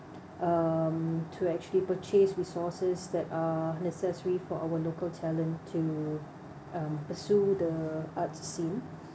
UM to actually purchase resources that are necessary for our local talent to uh pursue the arts scene